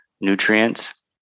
nutrients